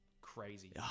crazy